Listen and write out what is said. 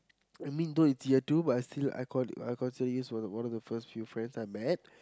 I mean though it's year two but I still I call I consider you as one one of the first few friends I met